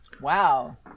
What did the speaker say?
Wow